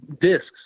discs